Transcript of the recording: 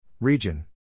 Region